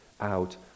out